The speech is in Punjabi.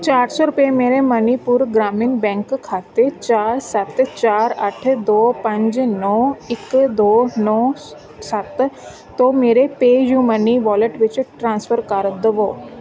ਚਾਰ ਸੌ ਰੁਪਏ ਮੇਰੇ ਮਨੀਪੁਰ ਗ੍ਰਾਮੀਣ ਬੈਂਕ ਖਾਤੇ ਚਾਰ ਸੱਤ ਚਾਰ ਅੱਠ ਦੋ ਪੰਜ ਨੌਂ ਇੱਕ ਦੋ ਨੌਂ ਸੱਤ ਤੋਂ ਮੇਰੇ ਪੈਯੁਮਨੀ ਵਾਲਿਟ ਵਿੱਚ ਟ੍ਰਾਂਸਫਰ ਕਰ ਦੇਵੋ